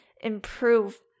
improve